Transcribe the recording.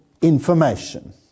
information